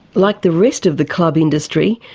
like the rest of the club industry,